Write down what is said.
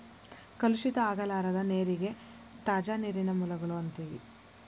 ಕಲುಷಿತ ಆಗಲಾರದ ನೇರಿಗೆ ತಾಜಾ ನೇರಿನ ಮೂಲಗಳು ಅಂತೆವಿ